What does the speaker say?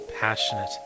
passionate